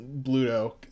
Bluto